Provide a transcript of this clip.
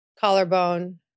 Collarbone